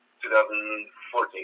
2014